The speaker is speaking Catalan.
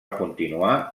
continuar